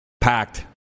packed